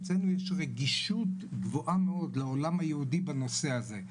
אצלנו לעולם היהודי זה רגישות גבוהה בנושא הזה.